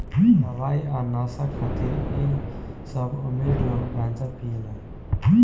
दवाई आ नशा खातिर इ सब अमीर लोग गांजा पियेला